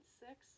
six